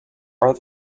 are